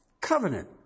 Covenant